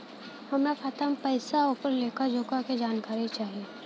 हमार खाता में पैसा ओकर लेखा जोखा के जानकारी चाही?